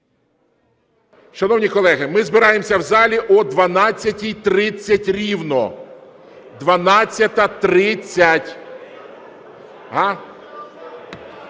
Шановні колеги, ми збираємося в залі о 12:30 рівно. 12:30!